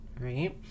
right